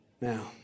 Now